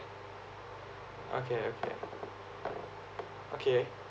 okay okay okay